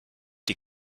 die